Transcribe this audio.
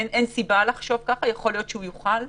אין סיבה להניח שהווירוס הזה יתנהג שונה